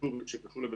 שקשור לבטיחות.